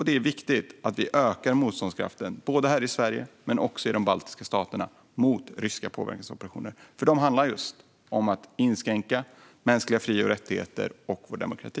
Det är viktigt att vi ökar motståndskraften både här i Sverige och i de baltiska staterna mot ryska påverkansoperationer, för de handlar just om att inskränka mänskliga fri och rättigheter och vår demokrati.